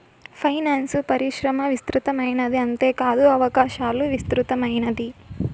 finance పరిశ్రమ విస్తృతమైనది అంతేకాదు అవకాశాలు విస్తృతమైనది